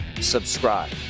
subscribe